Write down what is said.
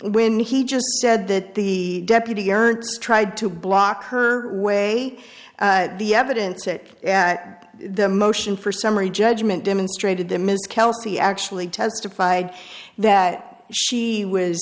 when he just said that the deputy tried to block her way the evidence that the motion for summary judgment demonstrated that ms kelsey actually testified that she was